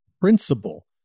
principle